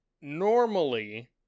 normally